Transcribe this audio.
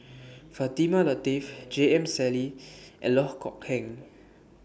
Fatimah Lateef J M Sali and Loh Kok Heng